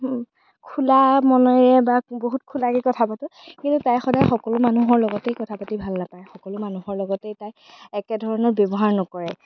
খোলা মনেৰে বা বহুত খোলাকৈ কথা পাতোঁ কিন্তু তাই সদায় সকলো মানুহৰ লগতে কথা পাতি ভাল নাপায় সকলো মানুহৰ লগতে তাই একে ধৰণৰ ব্যৱহাৰ নকৰে